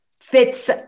fits